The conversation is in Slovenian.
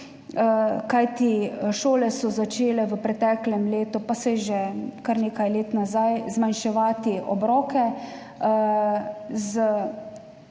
Kajti šole so začele v preteklem letu, pa saj že kar nekaj let nazaj, zmanjševati obroke